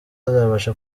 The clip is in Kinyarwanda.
azabasha